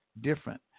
different